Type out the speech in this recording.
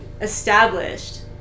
established